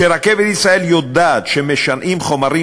ש"רכבת ישראל" יודעת שמשנעים חומרים